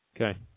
Okay